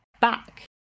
back